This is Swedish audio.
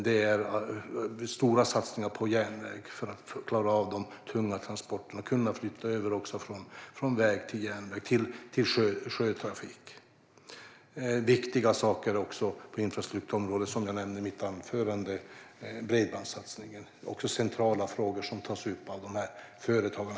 Vi gör stora satsningar för att klara av de tunga transporterna och för att kunna flytta över från väg till järnväg och sjötrafik. Bredbandssatsningen, som jag nämnde i mitt anförande, är också en viktig satsning på infrastrukturområdet. Det är också en central fråga för företagarna.